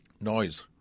Noise